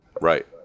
Right